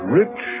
rich